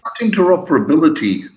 interoperability